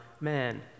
man